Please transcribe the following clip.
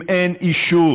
אם אין אישור